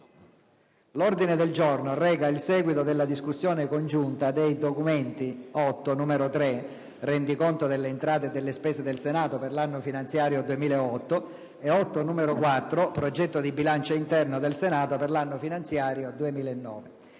L'ordine del giorno reca il seguito della discussione congiunta dei Documenti VIII, n. 3 (Rendiconto delle entrate e delle spese del Senato per l'anno finanziario 2008) e VIII, n. 4 (Progetto di bilancio interno del Senato per l'anno finanziario 2009).